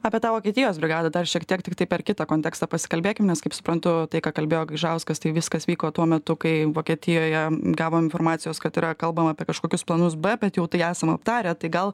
apie tą vokietijos brigadą dar šiek tiek tiktai per kitą kontekstą pasikalbėkim nes kaip suprantu tai ką kalbėjo gaižauskas tai viskas vyko tuo metu kai vokietijoje gavo informacijos kad yra kalbama apie kažkokius planus b bet jau tai esam aptarę tai gal